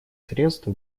средств